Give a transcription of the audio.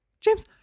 James